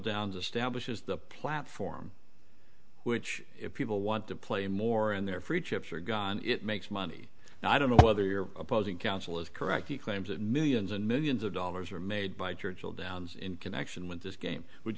downs establishes the platform which if people want to play more in their free chips are gone and it makes money and i don't know whether your opposing counsel is correct the claims of millions and millions of dollars were made by churchill downs in connection with this game would